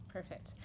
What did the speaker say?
Perfect